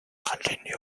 continued